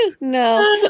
no